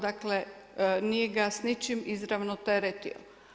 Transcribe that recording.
Dakle, nije ga s ničim izravno teretio.